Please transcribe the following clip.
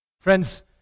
Friends